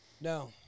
No